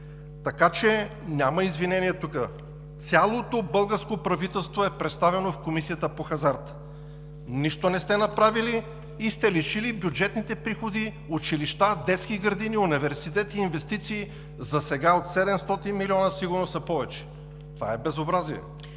Така че няма извинение тук! Цялото българско правителство е представено в Комисията по хазарта. Нищо не сте направили и сте лишили бюджетните приходи – училища, детски градини, университети, инвестиции, засега от 700 млн. лв., а сигурно са и повече. Това е безобразие!